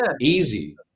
easy